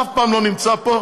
אף פעם לא נמצא פה,